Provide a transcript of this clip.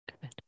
Good